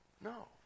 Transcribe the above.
No